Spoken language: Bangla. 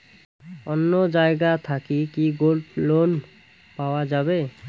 অন্য জায়গা থাকি কি গোল্ড লোন পাওয়া যাবে?